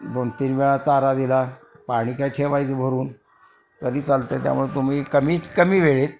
दोन तीन वेळा चारा दिला पाणी काय ठेवायचं भरून तरी चालतं आहे त्यामुळे तुम्ही कमीत कमी वेळेत